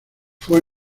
fue